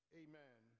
amen